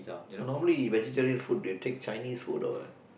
so normally vegetarian food do you take Chinese food or what